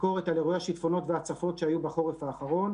בביקורת על אירועי השיטפונות וההצפות שהיו בחורף האחרון,